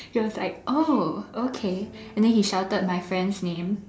he was like oh okay then he shouted my friend's name